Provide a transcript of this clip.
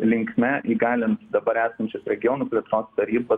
linkme įgalint dabar esančias regionų plėtros tarybas